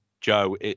Joe